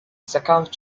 succumbed